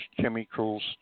chemicals